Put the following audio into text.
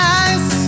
eyes